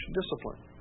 discipline